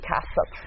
Castle